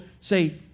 say